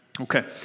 Okay